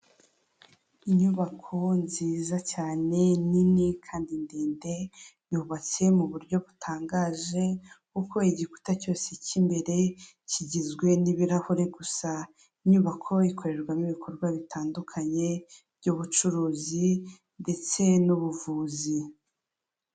Inyubako nziza cyane nini kandi ndende, yubatse mu buryo butangaje kuko igikuta cyose cy'imbere kigizwe n'ibirahure gusa, inyubako ikorerwamo ibikorwa bitandukanye by'ubucuruzi ndetse n'ubuvuzi.